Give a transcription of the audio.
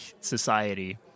society